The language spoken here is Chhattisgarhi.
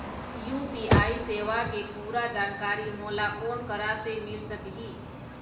यू.पी.आई सेवा के पूरा जानकारी मोला कोन करा से मिल सकही?